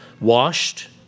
Washed